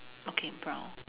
okay brown